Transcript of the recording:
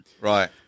Right